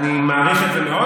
אני מעריך את זה מאוד.